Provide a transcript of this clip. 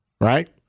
right